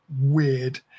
weird